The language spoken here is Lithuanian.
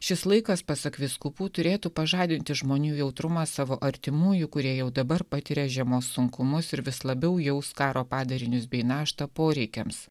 šis laikas pasak vyskupų turėtų pažadinti žmonių jautrumą savo artimųjų kurie jau dabar patiria žiemos sunkumus ir vis labiau jaus karo padarinius bei naštą poreikiams